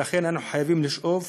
ולכן אנחנו חייבים לשאוף,